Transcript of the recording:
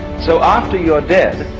so after you're dead,